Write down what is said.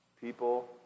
People